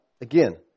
again